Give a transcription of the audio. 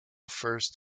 first